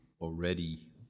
already